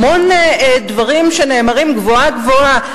המון מלים שנאמרות גבוהה גבוהה.